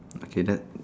okay that